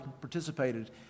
participated